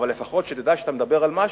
אבל לפחות שתדע כשאתה מדבר על משהו,